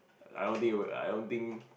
I don't think it will I don't think